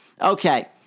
Okay